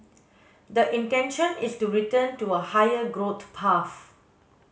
the intention is to return to a higher growth path